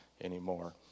anymore